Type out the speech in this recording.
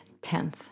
10th